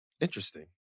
Interesting